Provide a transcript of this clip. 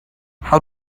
how